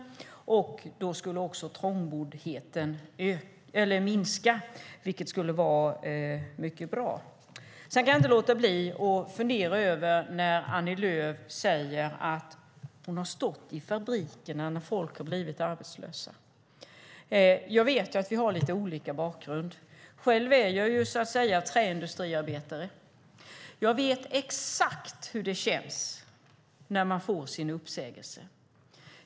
Då skulle också trångboddheten minska, vilket skulle vara mycket bra. Jag kan inte låta bli att fundera över att Annie Lööf säger att hon har stått i fabrikerna när folk har blivit arbetslösa. Jag vet att vi har olika bakgrund. Själv är jag träindustriarbetare och vet exakt hur det känns när man får sin uppsägning.